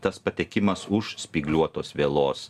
tas patekimas už spygliuotos vielos